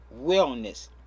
wellness